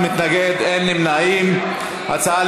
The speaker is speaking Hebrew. ואת הצעת חוק הנצחת זכרם של קורבנות הטבח בכפר קאסם,